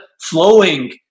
flowing